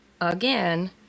again